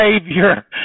Savior